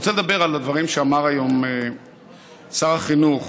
אני רוצה לדבר על הדברים שאמר היום שר החינוך,